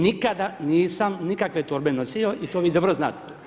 Nikada nisam nikakve torbe nosio i to vi dobro znate.